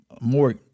more